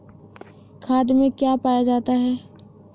खाद में क्या पाया जाता है?